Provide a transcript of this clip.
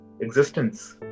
existence